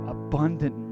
abundant